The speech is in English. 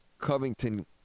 Covington